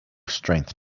strength